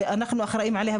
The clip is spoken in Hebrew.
שאנחנו אחראים עליה,